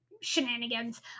shenanigans